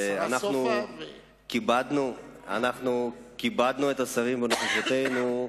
אנחנו כיבדנו את השרים בנוכחותנו,